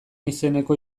izeneko